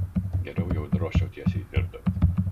geriau jau drožčiau tiesiai į dirbtuves